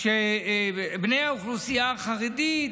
שלפיו בני האוכלוסייה החרדית,